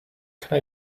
can